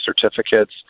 certificates